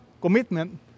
commitment